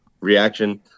reaction